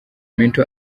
mento